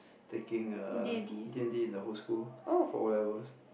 taking err D-and-T in the whole school for O-levels